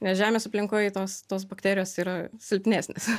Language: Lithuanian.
nes žemės aplinkoj tos tos bakterijos yra silpnesnės